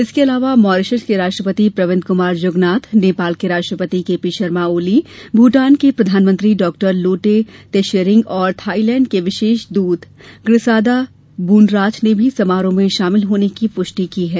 इसके अलावा मॉरिशस के राष्ट्रपति प्रविंद कुमार जुगनाथ नेपाल के प्रधानमंत्री केपी शर्मा ओली भूटान के प्रधानमंत्री डॉ लोटे त्शेरिंग और थाईलैंड के विशेष दूत ग्रिसादा बूनराच ने भी समारोह में शामिल होने की पुष्टि की है